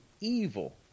Evil